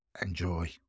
Enjoy